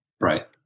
Right